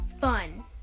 fun